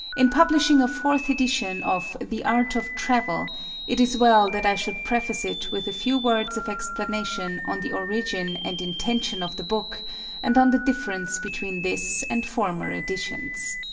in publishing a fourth edition of the art of travel it is well that i should preface it with a few words of explanation on the origin and intention of the book and on the difference between this and former editions.